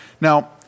Now